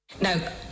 Now